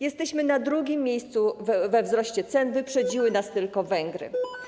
Jesteśmy na drugim miejscu we wzroście cen, wyprzedziły nas tylko Węgry.